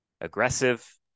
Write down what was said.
aggressive